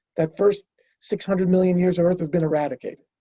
that first six hundred million years of earth has been eradicated.